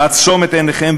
לעצום את עיניכם,